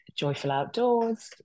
JoyfulOutdoors